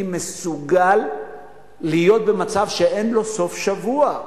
מסוגל להיות במצב שאין לו סוף-שבוע.